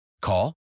Call